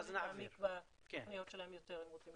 שיוכלו להעמיק בתוכניות שלהם יותר, אם רוצים.